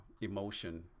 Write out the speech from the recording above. emotion